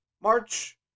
March